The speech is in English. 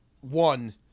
one